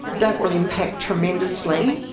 that will impact tremendously.